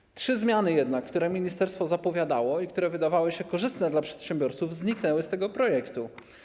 Jednak trzy zmiany, które ministerstwo zapowiadało i które wydawały się korzystne dla przedsiębiorców, zniknęły z tego projektu.